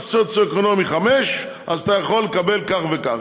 סוציו-אקונומי 5 אז אתה יכול לקבל כך וכך,